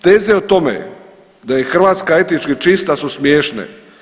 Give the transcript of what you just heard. Teze o tome da je Hrvatska etnički čista su smiješne.